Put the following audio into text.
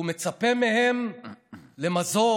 והוא מצפה מהם למזור,